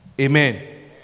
Amen